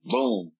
Boom